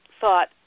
thought